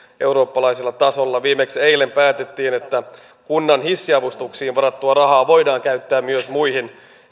eurooppalaisella tasolla viimeksi eilen päätimme että kunnan hissiavustuksiin varattua rahaa voidaan käyttää myös muihin